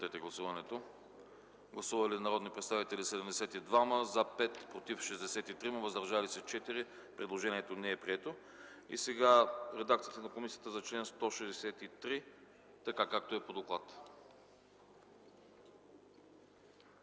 редакцията на комисията за чл. 169, така както е по доклада.